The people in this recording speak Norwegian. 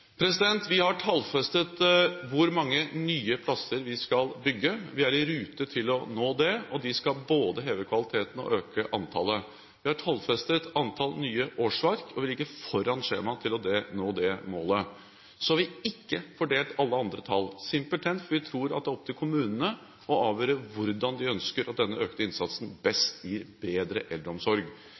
Vi har tallfestet hvor mange nye plasser vi skal bygge. Vi er i rute til å nå det. Vi skal både heve kvaliteten og øke antallet. Vi har tallfestet antall nye årsverk, og vi ligger foran skjemaet til å nå det målet. Så har vi ikke fordelt alle andre tall, simpelthen fordi vi tror det er opp til kommunene å avgjøre hvordan denne økte innsatsen best gir bedre eldreomsorg.